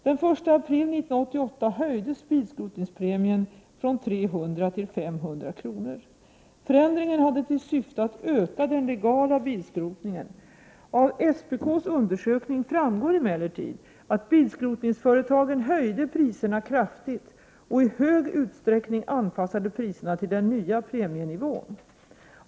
Den 1 april 1988 höjdes bilskrotningspremien från 300 till 500 kr. Förändringen hade till syfte att öka den legala bilskrotningen. Av SPK:s undersökning framgår emellertid att bilskrotningsföretagen höjde priserna kraftigt och i stor utsträckning anpassade priserna till den nya premienivån.